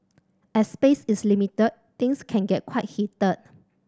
as space is limited things can get quite heated